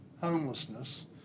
homelessness